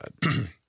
God